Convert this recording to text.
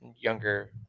younger